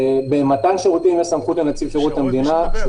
במתן שירותים יש סמכות לנציב שירות המדינה,